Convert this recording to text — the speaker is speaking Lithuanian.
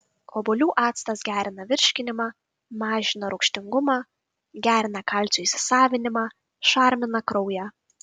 obuolių actas gerina virškinimą mažina rūgštingumą gerina kalcio įsisavinimą šarmina kraują